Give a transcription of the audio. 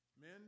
Men